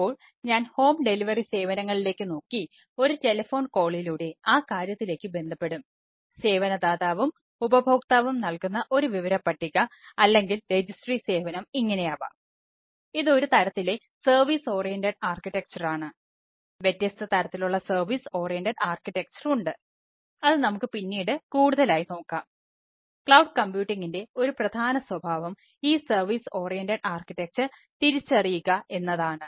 അപ്പോൾ ഞാൻ home delivery തിരിച്ചറിയുക എന്നതാണ്